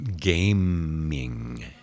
gaming